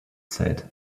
said